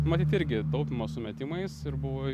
matyt irgi taupymo sumetimais ir buvo